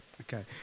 Okay